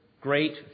Great